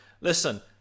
Listen